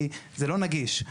כי זה לא נגיש.